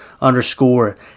underscore